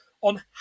on